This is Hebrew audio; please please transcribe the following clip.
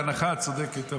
זו הנחה, את צודקת.